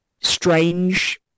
Strange